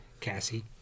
Cassie